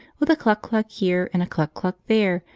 with a cluck-cluck here, and a cluck-cluck there,